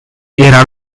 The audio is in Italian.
era